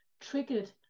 triggered